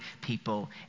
people